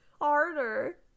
harder